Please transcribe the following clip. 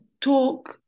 talk